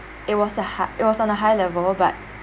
it was a high it was on a high level but